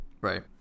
right